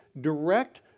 direct